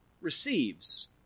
receives